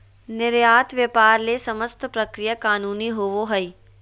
निर्यात व्यापार ले समस्त प्रक्रिया कानूनी होबो हइ